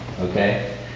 Okay